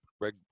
Greg